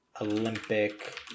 Olympic